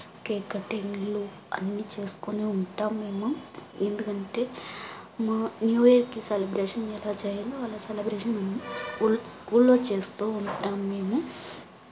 cake కటింగ్లు అన్ని చేసుకొనే ఉంటాం మేము ఎందుకంటే మా న్యూ ఇయర్కి సెలబ్రేషన్ ఎలా చేయాలో అలా సెలబ్రేషన్ స్కూల్ స్కూల్లో చేస్తూ ఉంటాం మేము